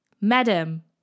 Madam